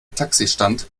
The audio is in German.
taxistand